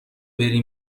بری